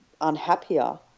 unhappier